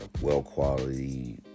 well-quality